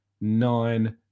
nine